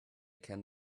can